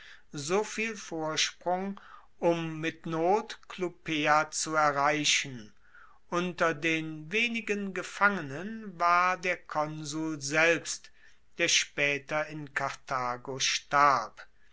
soviel vorsprung um mit not clupea zu erreichen unter den wenigen gefangenen war der konsul selbst der spaeter in karthago starb